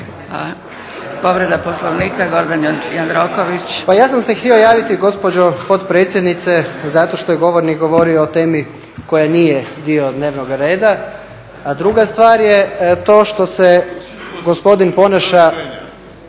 Povreda Poslovnika, Gordan Jandroković.